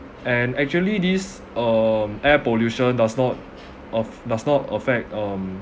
and actually this um air pollution does not aff~ does not affect um